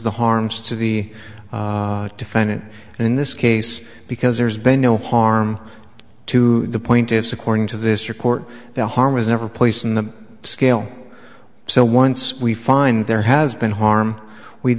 the harms to the defendant and in this case because there's been no harm to the point it's according to this report the harm was never placed in the scale so once we find there has been harm we